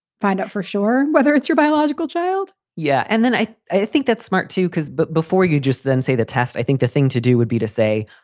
find out for sure whether it's your biological child yeah. and then i i think that's smart, too, because but before you just then say the test. i think the thing to do would be to say,